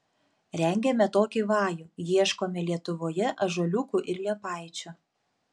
rengėme tokį vajų ieškome lietuvoje ąžuoliukų ir liepaičių